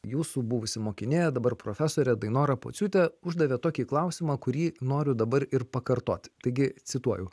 jūsų buvusi mokinė dabar profesorė dainora pociūtė uždavė tokį klausimą kurį noriu dabar ir pakartoti taigi cituoju